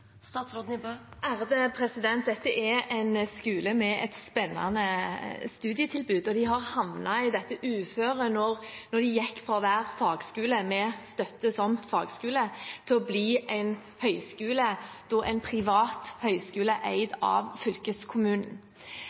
Dette er en skole med et spennende studietilbud. De havnet i dette uføret da de gikk fra å være fagskole – med støtte som fagskole – til å bli en høyskole, en privat høyskole eid av fylkeskommunen.